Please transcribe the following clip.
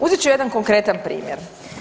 Uzet ću jedan konkretan primjer.